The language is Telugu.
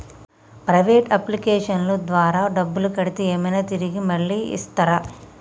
ప్రైవేట్ అప్లికేషన్ల ద్వారా డబ్బులు కడితే ఏమైనా తిరిగి మళ్ళీ ఇస్తరా?